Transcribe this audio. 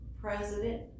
president